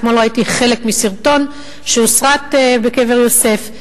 אתמול ראיתי חלק מסרטון שהוסרט בקבר יוסף,